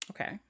Okay